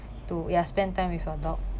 to ya spend time with your dog